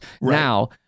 Now